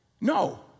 No